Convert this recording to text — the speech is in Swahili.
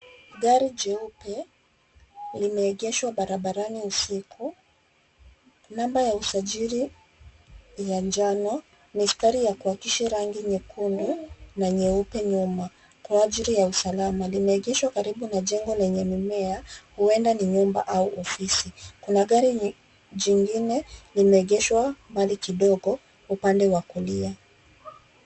Gari jeupe limeegeshwa barabarani usiku, namba ya usajili ya njano mistari ya kuwakisha rangi nyekundu na nyeupe nyuma kwa ajili ya usalama. Limeegeshwa karibu na jengo lenye mimea, huenda ni nyumba au ofisi. Kuna gari jingine limeegeshwa mbali kidogo upande wa kulia.